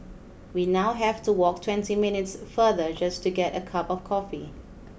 we now have to walk twenty minutes farther just to get a cup of coffee